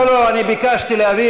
לא, לא, אני ביקשתי להבהיר.